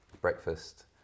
breakfast